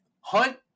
hunt